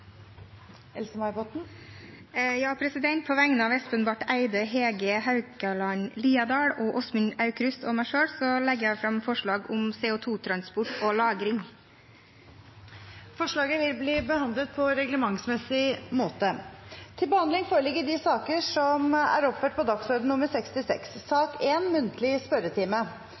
Else-May Botten vil fremsette et representantforslag. På vegne av Espen Barth Eide, Hege Haukeland Liadal, Åsmund Aukrust og meg selv vil jeg legge fram forslag om CO 2 -transport og -lagring. Forslaget vil bli behandlet på reglementsmessig måte. Stortinget mottok mandag meddelelse fra Statsministerens kontor om at statsminister Erna Solberg vil møte til muntlig spørretime.